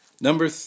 Number